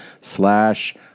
slash